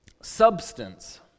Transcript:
substance